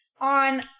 on